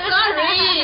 Sorry